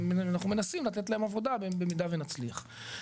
אנחנו מנסים לתת להם עבודה במידה ונצליח.